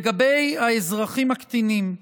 לגבי האזרחים הקטינים,